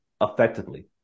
effectively